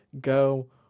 go